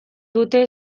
dute